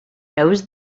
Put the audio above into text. knows